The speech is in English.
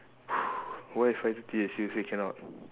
why five thirty I seriously cannot